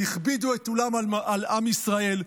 הכבידו את עולם על עם ישראל,